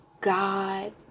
God